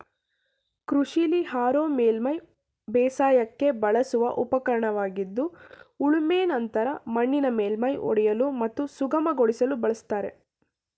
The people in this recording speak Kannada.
ಕೃಷಿಲಿ ಹಾರೋ ಮೇಲ್ಮೈ ಬೇಸಾಯಕ್ಕೆ ಬಳಸುವ ಉಪಕರಣವಾಗಿದ್ದು ಉಳುಮೆ ನಂತರ ಮಣ್ಣಿನ ಮೇಲ್ಮೈ ಒಡೆಯಲು ಮತ್ತು ಸುಗಮಗೊಳಿಸಲು ಬಳಸ್ತಾರೆ